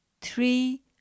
three